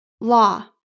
Law